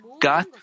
God